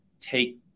take